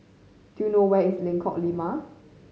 do you know where is Lengkong Lima